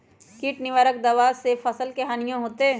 किट निवारक दावा से फसल के हानियों होतै?